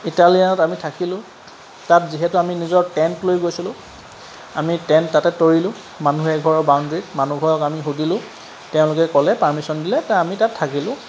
ইটালীয়ানত আমি থাকিলোঁ তাত যিহেতু আমি নিজৰ টেণ্ট লৈ গৈছিলোঁ আমি টেণ্ট তাতে তৰিলোঁ মানুহ এঘৰৰ বাউণ্ডেৰিত মানুহঘৰক সুধিলোঁ তেওঁলোকে ক'লে পাৰ্মিশ্যন দিলে তো আমি তাত থাকিলোঁ